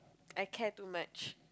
I care too much